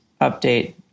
update